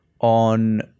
on